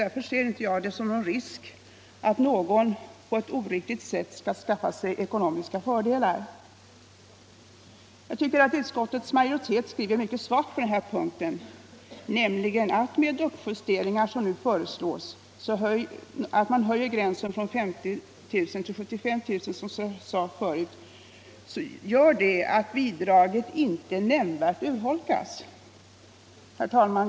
Därför finner jag inte att det är risk att någon på ett oriktigt sätt skall skaffa sig ekonomiska fördelar. Jag tycker att utskottets majoritet skriver mycket svagt på denna punkt, nämligen att de uppjusteringar som nu föreslås, varvid man som sagt höjer gränsen från 50 000 kr. till 75 000 kr., gör att bidraget inte nämnvärt urholkas. Herr talman!